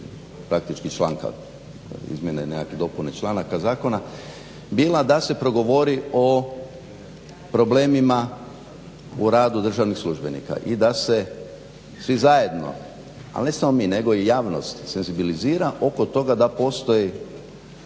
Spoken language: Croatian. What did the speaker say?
praktički članka izmjene i nekakve dopune članaka zakona, bila da se progovori o problemima u radu državnih službenika i da se svi zajedno ali ne samo mi nego i javnost senzibilizira oko toga da postoji